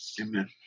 Amen